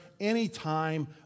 anytime